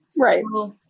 right